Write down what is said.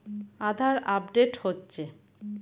আধার update হচ্ছে?